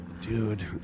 Dude